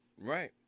Right